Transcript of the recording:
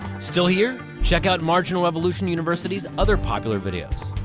still here? check out marginal revolution university's other popular videos.